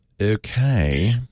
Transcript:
Okay